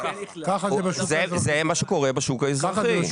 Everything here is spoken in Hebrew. זה מה שקורה בשוק האזרחי.